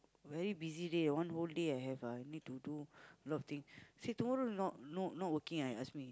very busy day ah one whole day I have ah need to do a lot of thing he say tomorrow not not working ah he ask me